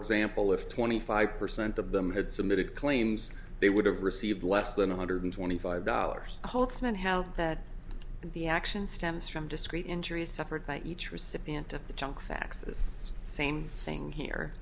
example if twenty five percent of them had submitted claims they would have received less than one hundred twenty five dollars holtzman how that the action stems from discrete injuries suffered by each recipient of the junk faxes same thing here